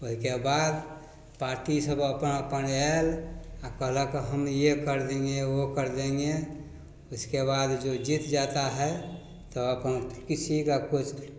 ओहिके बाद पार्टीसब अपन अपन आएल आओर कहलक हम ये कर देंगे वो कर देंगे इसके बाद जो जीत जाता है तऽ अपन किसी का कोइ